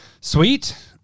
Sweet